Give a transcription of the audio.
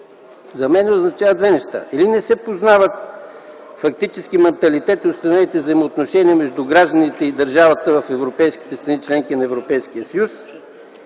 за мен означава две неща: или не се познават фактически манталитетът и установените взаимоотношения между гражданите и държавата в страните – членки на Европейския съюз,